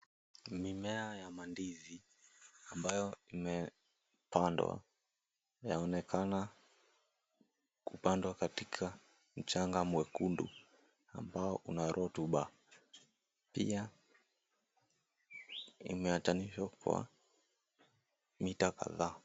Mimea ya mandizi ambayo imepandwa yaonekana kupandwa katika mchanga mwekundu ambao una rutuba. Pia imeachanishwa kwa mita kadhaa.